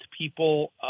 people